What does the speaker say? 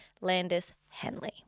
Landis-Henley